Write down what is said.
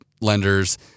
lenders